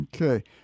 Okay